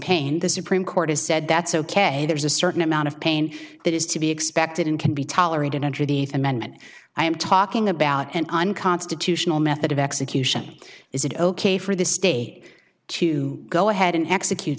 pain the supreme court has said that's ok there's a certain amount of pain that has to be expected in can be tolerated hundred eighth amendment i am talking about an unconstitutional method of execution is it ok for the state to go ahead and execute